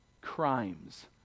crimes